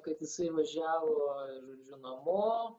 kad jisai važiavo žodžiu namo